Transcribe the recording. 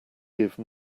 give